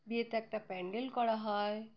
বিয়েতে একটা প্যান্ডেল করা হয়